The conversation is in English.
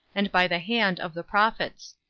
and by the hand of the prophets.